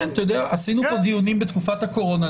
עשינו פה דיונים בתקופת הקורונה.